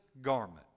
garment